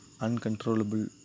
uncontrollable